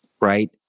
right